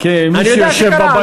כמי שיושב, או, אני יודע שקרה.